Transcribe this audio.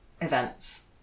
events